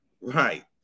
right